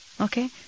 okay